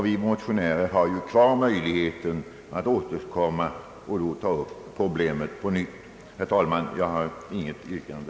Vi motionärer har ju kvar möjligheten att återkomma och att ta upp problemet på nytt. Herr talman! Jag har sålunda inte något yrkande.